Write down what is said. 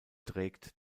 trägt